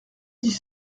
dix